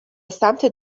سمت